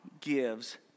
gives